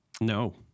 No